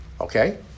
okay